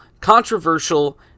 Controversial